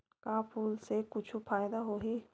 का फूल से कुछु फ़ायदा होही?